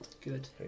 Good